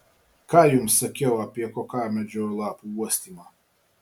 ką jums sakiau apie kokamedžio lapų uostymą